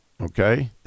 okay